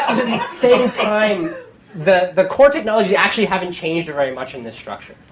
same time that the core technology actually haven't changed very much in this structure,